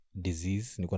disease